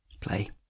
Play